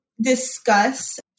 discuss